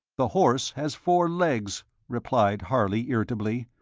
the horse has four legs, replied harley, irritably,